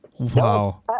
Wow